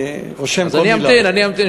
אני רושם כל מילה.